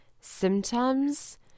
symptoms